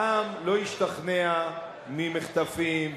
העם לא ישתכנע ממחטפים,